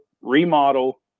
remodel